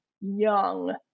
young